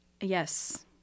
yes